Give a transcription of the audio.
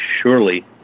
surely